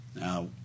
Now